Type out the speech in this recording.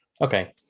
okay